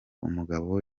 umugabo